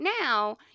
now